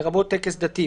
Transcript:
לרבות טקס דתי,